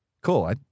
cool